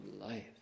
life